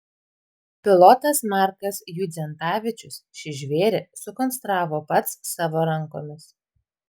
pilotas markas judzentavičius šį žvėrį sukonstravo pats savo rankomis